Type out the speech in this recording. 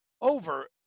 over